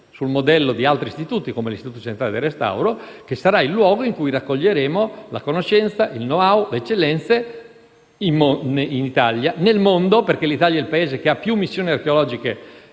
sul modello di altri istituti, come l'Istituto centrale del restauro, che sarà il luogo in cui raccoglieremo la conoscenza, il *know-how* e le eccellenze, in Italia e nel mondo. L'Italia, infatti, è il Paese che ha più missioni archeologiche